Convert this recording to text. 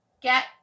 get